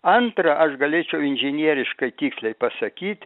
antra aš galėčiau inžinieriškai tiksliai pasakyt